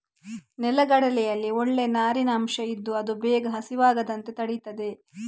ನೆಲಗಡಲೆಯಲ್ಲಿ ಒಳ್ಳೇ ನಾರಿನ ಅಂಶ ಇದ್ದು ಅದು ಬೇಗ ಹಸಿವಾಗದಂತೆ ತಡೀತದೆ